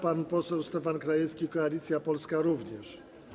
Pan poseł Stefan Krajewski, Koalicja Polska również.